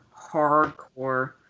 hardcore